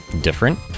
different